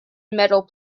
metal